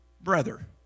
brother